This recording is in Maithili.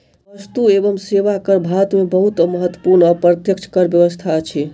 वस्तु एवं सेवा कर भारत में बहुत महत्वपूर्ण अप्रत्यक्ष कर व्यवस्था अछि